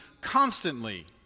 constantly